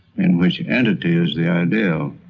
in which entity is the ideal.